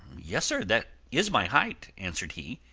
yes, sir, that is my height, answered he,